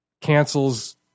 cancels